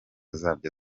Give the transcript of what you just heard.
zabyo